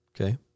Okay